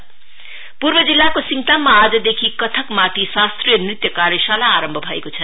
dance workshop पूर्व जिल्लाको सिङताममा आजदेखि कथकमाथि शास्त्रीय नृत्य कार्यशाला आरम्भ भएको छ